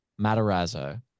Matarazzo